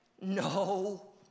No